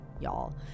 y'all